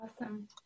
awesome